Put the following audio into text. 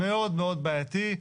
מאוד מאוד בעייתי.